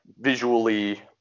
visually